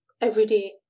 everyday